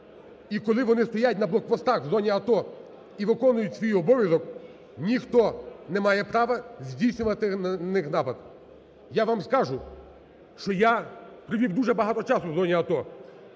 і, коли вони стоять на блокпостах в зоні АТО і виконують свій обов'язок, ніхто немає права здійснювати на них напад. Я вам скажу, що я провів дуже багато часу в зоні АТО